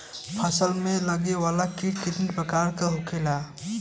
फसल में लगे वाला कीट कितने प्रकार के होखेला?